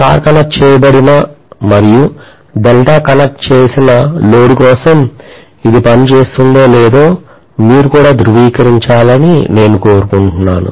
star connect చేయబడిన మరియు delta connect చేసిన లోడ్ కోసం ఇది పని చేస్తుందో లేదో మీరు కూడా ధృవీకరించాలని నేను కోరుకుంటున్నాను